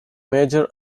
major